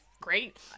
Great